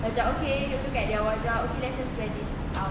macam okay look at their wardrobe okay let's just wear this out